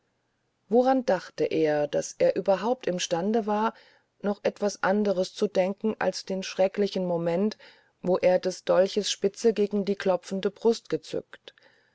woran dachte er daß er überhaupt im stande war noch etwas anderes zu denken als den schrecklichen moment wo er des dolches spitze gegen die klopfende brust gezückt